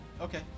Okay